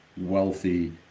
wealthy